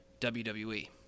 WWE